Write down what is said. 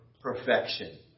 perfection